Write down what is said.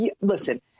listen